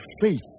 faith